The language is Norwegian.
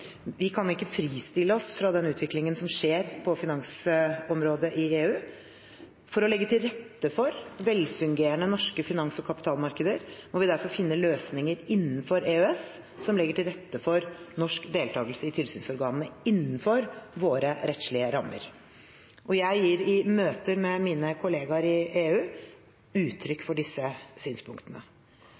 Vi kan ikke fristille oss fra den utviklingen som skjer på finansområdet i EU. For å legge til rette for velfungerende norske finans- og kapitalmarkeder må vi derfor finne løsninger innenfor EØS som legger til rette for norsk deltakelse i tilsynsorganene innenfor våre rettslige rammer. Jeg gir i møter med mine kollegaer i EU uttrykk for disse synspunktene.